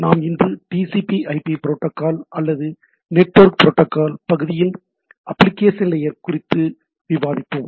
நாம் இன்று TCP IP protocol அல்லது நெட்வொர்க் புரோட்டோகால் பகுதியின் அப்ளிகேஷன் லேயர் குறித்து விவாதிப்போம்